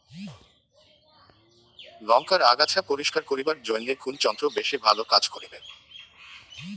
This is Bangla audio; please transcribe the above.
লংকার আগাছা পরিস্কার করিবার জইন্যে কুন যন্ত্র বেশি ভালো কাজ করিবে?